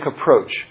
approach